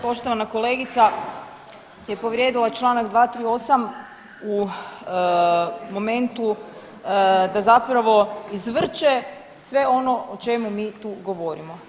Poštovana kolegica je povrijedila čl. 238. u momentu da zapravo izvrće sve ono o čemu mi tu govorimo.